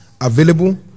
available